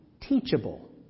teachable